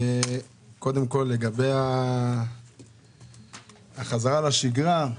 קודם כול, לגבי החזרה לשגרה.